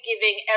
giving